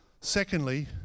secondly